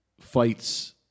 fights